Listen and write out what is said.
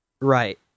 Right